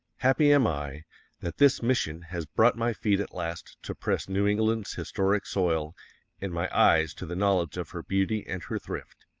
happy am i that this mission has brought my feet at last to press new england's historic soil and my eyes to the knowledge of her beauty and her thrift.